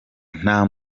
nta